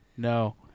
No